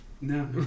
No